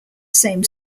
same